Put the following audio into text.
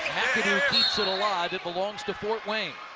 mcadoo keeps it alive. it belongs to fort wayne.